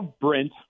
Brent